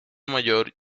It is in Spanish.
mayor